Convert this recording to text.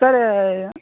sir